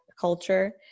culture